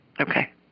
Okay